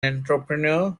entrepreneur